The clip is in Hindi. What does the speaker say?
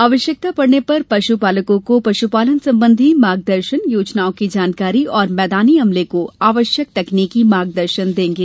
आवश्यकता पड़ने पर पशु पालकों को पशुपालन संबंधी मार्गदर्शन योजनाओं की जानकारी और मैदानी अमले को आवश्यक तकनीकी मार्गदर्शन देंगे